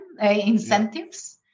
incentives